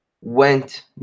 went